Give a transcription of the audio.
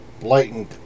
lightened